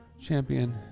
champion